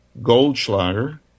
Goldschlager